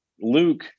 Luke